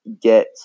get